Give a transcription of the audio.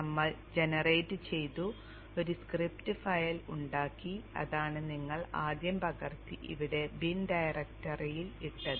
നമ്മൾ ജനറേറ്റ് ചെയ്തു ഒരു സ്ക്രിപ്റ്റ് ഫയൽ ഉണ്ടാക്കി അതാണ് നിങ്ങൾ ആദ്യം പകർത്തി ഇവിടെ ബിൻ ഡയറക്ടറിയിൽ ഇട്ടത്